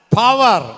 power